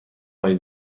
هایی